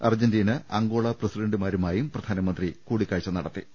അർജന്റീ ന അങ്കോള പ്രസിഡന്റുമാരുമായും പ്രധാനമന്ത്രി കൂടിക്കാഴ്ച നടത്തിയിരുന്നു